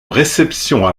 réception